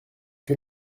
que